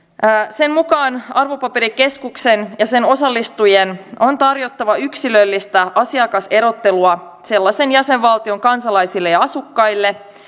sen mukaan arvopaperikeskuksen ja sen osallistujien on tarjottava yksilöllistä asiakaserottelua sellaisen jäsenvaltion kansalaisille ja asukkaille